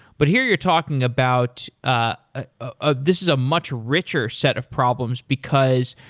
but here you're talking about ah ah this is a much richer set of problems because,